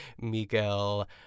Miguel